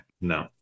No